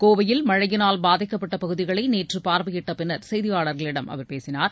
கோவையில் மழையினால் பாதிக்கப்பட்ட பகுதிகளை நேற்று பார்வையிட்ட பின்னர் செய்தியாளர்களிடம் அவர் பேசினார்